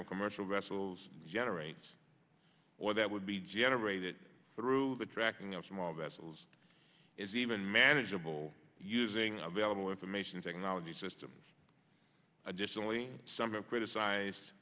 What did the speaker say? of commercial vessels generates or that would be generated through the tracking of small vessels is even manageable using available information technology systems additionally some have criticize